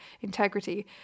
integrity